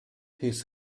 his